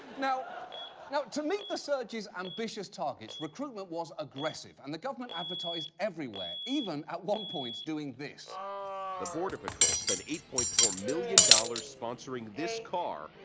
now now, to meet the surge's ambitious targets, recruitment was aggressive, and the government advertised everywhere, even, at one point, doing this. newscaster the border patrol spent eight point four million dollars sponsoring this car,